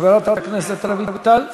חברת הכנסת רויטל סויד,